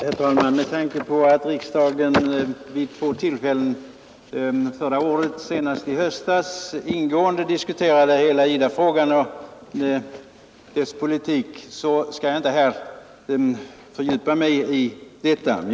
Herr talman! Med tanke på att riksdagen vid två tillfällen förra året, senast i höstas, ingående diskuterade hela IDA-frågan och Världsbankens lånepolitik skall jag här inte fördjupa mig ytterligare i denna fråga.